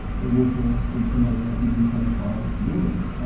the water, in some areas, has been replaced by buildings,